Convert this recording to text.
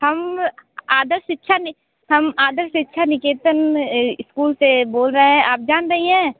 हम आदर्श शिक्षा हम आदर्श शिक्षा निकेतन स्कूल से बोल रहे हैं आप जान रही हैं